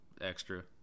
extra